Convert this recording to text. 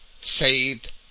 saved